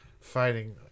fighting